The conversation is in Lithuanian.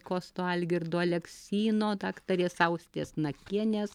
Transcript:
kosto algirdo aleksyno daktarės austės nakienės